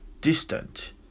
distant